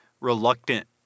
reluctant